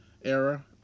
era